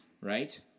right